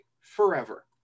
forever